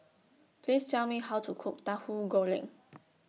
Please Tell Me How to Cook Tahu Goreng